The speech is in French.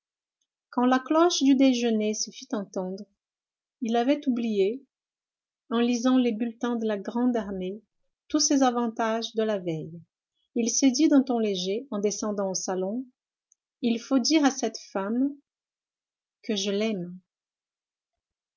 quand la cloche du déjeuner se fit entendre il avait oublié en lisant les bulletins de la grande armée tous ses avantages de la veille il se dit d'un ton léger en descendant au salon il faut dire à cette femme que je l'aime